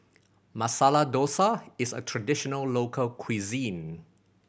Masala Dosa is a traditional local cuisine